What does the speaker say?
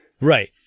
Right